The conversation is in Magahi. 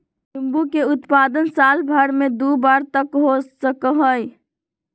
नींबू के उत्पादन साल भर में दु बार तक हो सका हई